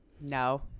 No